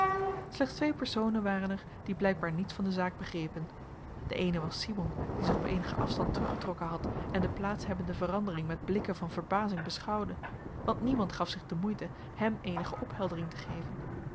slechts twee personen waren er die blijkbaar niets van de zaak begrepen de eene was simon die zich op eenigen afstand teruggetrokken had en de plaats hebbende verandering met blikken van verbazing beschouwde want niemand gaf zich de moeite hem eenige opheldering te geven